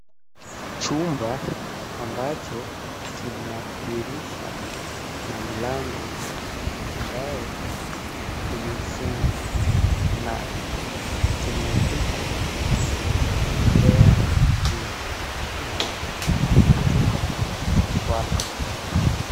Chumba ambacho kina dirisha na mlango ambao umefungwa na kimeandikwa "Prayer Room", na "Chumba cha Swala".